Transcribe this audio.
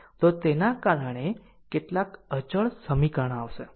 તો તેના કારણે કેટલાક અચળ સમીકરણ આવશે